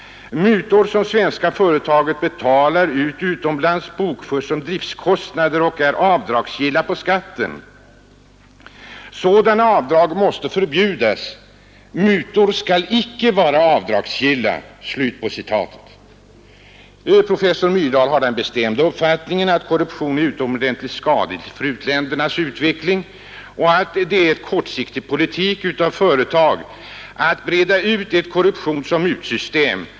Mutor som svenska företag betalar ut utomlands bokförs som driftskostnader och är avdragsgilla på skatten. Sådana avdrag måste förbjudas. Mutor skall inte vara avdragsgilla! ” Professor Myrdal har den bestämda uppfattningen att korruption är någonting utomordentligt skadligt för u-ländernas utveckling och att det är en kortsiktig politik av företag att breda ut ett korruptionsoch mutsystem.